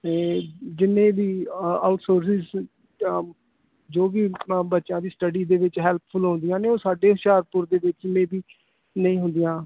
ਅ ਤੇ ਜਿੰਨੇ ਵੀ ਅ ਆਊਟ ਸੋਰਸਿਜ ਅ ਜੋ ਵੀ ਬੱਚਿਆਂ ਦੀ ਸਟੱਡੀ ਦੇ ਵਿੱਚ ਹੈਲਪਫੁਲ ਹੁੰਦੀਆਂ ਨੇ ਉਹ ਸਾਡੇ ਹੁਸ਼ਿਆਰਪੁਰ ਦੇ ਵਿੱਚ ਮੇ ਵੀ ਨਹੀਂ ਹੁੰਦੀਆਂ